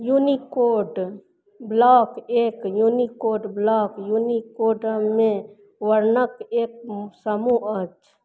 Unicode block एक Unicode block यूनिकोडमे वर्णक एक समूह अछि